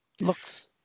Looks